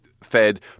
Fed